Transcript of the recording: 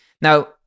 Now